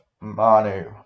Manu